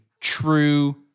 true